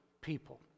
people